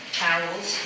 towels